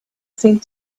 seemed